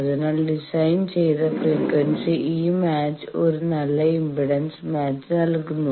അതിനാൽ ഡിസൈൻ ചെയ്ത ഫ്രീക്വൻസിയിൽ ഈ മാച്ച് ഒരു നല്ല ഇംപെഡൻസ് മാച്ച് നൽകുന്നു